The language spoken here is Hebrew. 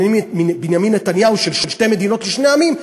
בנימין נתניהו של שתי מדינות לשני עמים,